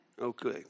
Okay